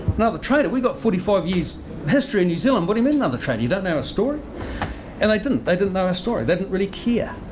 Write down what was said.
another trader, we've got forty five years history in new zealand, what do you mean another trader, you don't know our story and they didn't, they didn't know our story. they didn't really care.